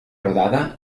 rodada